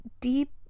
deep